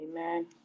Amen